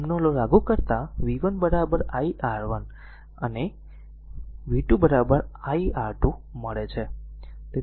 ohm નો લો લાગુ કરતા v 1 i R1 and v 2 i R2 મળે છે